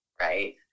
right